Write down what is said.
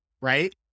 Right